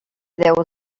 déu